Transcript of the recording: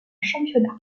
championnat